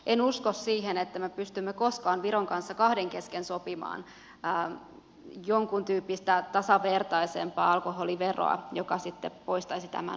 en usko siihen että me pystymme koskaan viron kanssa kahden kesken sopimaan jonkuntyyppistä tasavertaisempaa alkoholiveroa joka sitten poistaisi tämän ongelman